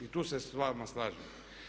I tu se s vama slažem.